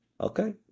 Okay